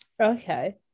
Okay